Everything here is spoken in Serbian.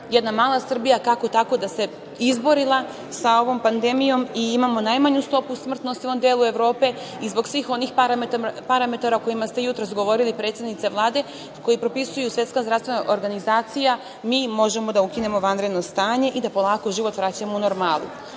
jedna mala Srbija izborila sa ovom pandemijom, da imamo najmanju stopu smrtnosti u ovom delu Evrope i zbog svih onih parametara o kojima ste jutros govorili, predsednice Vlade, koji propisuju Svetska zdravstvena organizacija, mi možemo da ukinemo vanredno stanje i da polako život vraćamo u normalu. Oni